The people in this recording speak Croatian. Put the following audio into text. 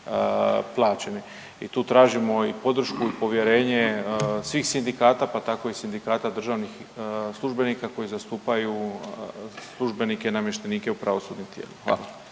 plaćeni. I tu tražimo i podršku i povjerenje svih sindikata pa tako i Sindikata državnih službenika koji zastupaju službenike i namještenike u pravosudnim tijelima. Hvala.